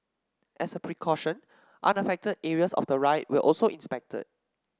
as a precaution unaffected areas of the ride were also inspected